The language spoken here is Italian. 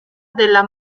della